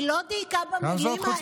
היא לא דייקה במילים האלו,